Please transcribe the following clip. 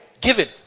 Given